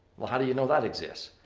well, how do you know that exists?